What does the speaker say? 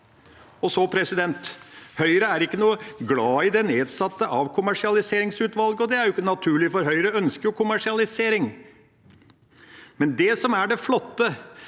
det gjelder. Høyre er ikke noe glad i det nedsatte avkommersialiseringsutvalget, og det er ikke unaturlig, for Høyre ønsker jo kommersialisering. Men det som er det flotte,